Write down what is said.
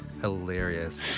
hilarious